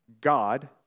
God